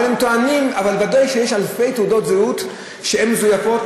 אבל ודאי שיש אלפי תעודות זהות שהן מזויפות,